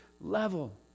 level